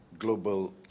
global